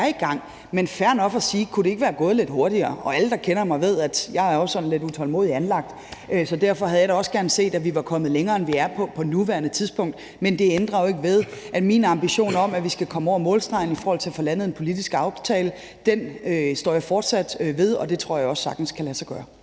i gang. Men det er fair nok at sige: Kunne det ikke være gået lidt hurtigere? Alle, der kender mig, ved, at jeg også er sådan lidt utålmodigt anlagt, så derfor havde jeg da også gerne set, at vi var kommet længere, end vi er på nuværende tidspunkt, men det ændrer jo ikke ved, at min ambition om, at vi skal komme over målstregen i forhold til at få landet en politisk aftale, står jeg fortsat ved, og det tror jeg også sagtens kan lade sig gøre.